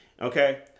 okay